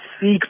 seek